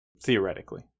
theoretically